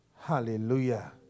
Hallelujah